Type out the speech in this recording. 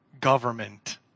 government